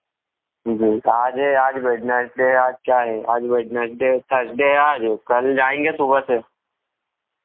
जी आज है आज वेडनसडे है आज क्या है आज वेडनसडे है थर्सडे है आज कल जाएँगे सुबह से